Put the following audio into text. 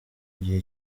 igihe